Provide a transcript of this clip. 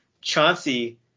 Chauncey